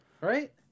right